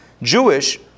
Jewish